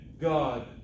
God